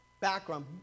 background